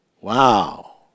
Wow